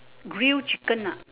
grill chicken ah